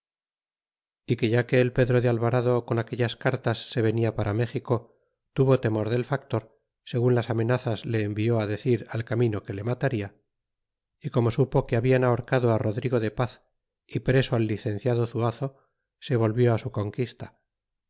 é que ya que el pedro de alvarado con aquellas cartas se venia para méxico tuvo temor del factor segun las amenazas le envió decir al camino que le malaria é como supo que hablan ahorcado á rodrigo de paz y preso al licenciado zuazo se volvió á su conquista